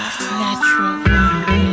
natural